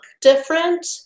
different